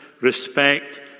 respect